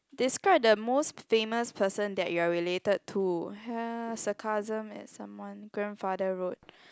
describe the most famous person that you are related to has the cousin and someone grandfather road